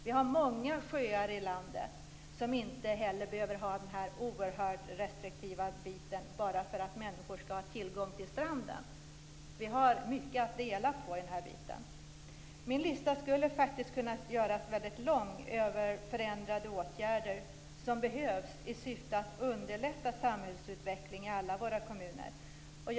Vi har många sjöar i landet där vi inte behöver ha den här oerhört restriktiva inställningen bara för att människor skall ha tillgång till stranden. Vi har mycket att dela på här. Min lista över åtgärder som behövs i syfte att underlätta samhällsutvecklingen i alla våra kommuner skulle kunna göras väldigt lång.